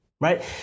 right